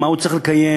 מה הוא צריך לקיים,